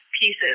pieces